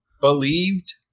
believed